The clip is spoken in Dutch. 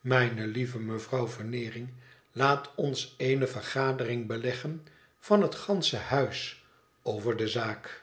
mijne lieve mevrouw veneering laat ons eene vergadering beleggen van het gansche huis over de zaak